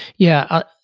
yeah,